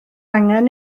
angen